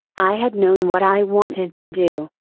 i had known what i wanted to do,